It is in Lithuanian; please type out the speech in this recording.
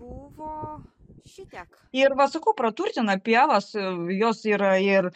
buvo šitiek ir va sakau praturtina pievą su jos yra ir